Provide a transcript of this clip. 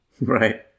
right